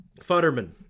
Futterman